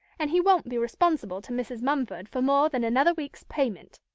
and he won't be responsible to mrs. mumford for more than another week's payment.